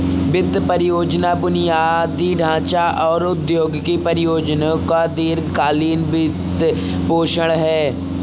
वित्त परियोजना बुनियादी ढांचे और औद्योगिक परियोजनाओं का दीर्घ कालींन वित्तपोषण है